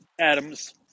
Adams